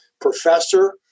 professor